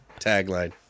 Tagline